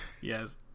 Yes